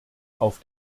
auf